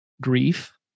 grief